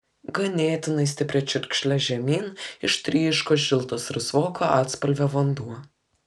ganėtinai stipria čiurkšle žemyn ištryško šiltas rusvoko atspalvio vanduo